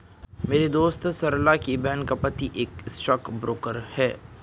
मेरी दोस्त सरला की बहन का पति एक स्टॉक ब्रोकर है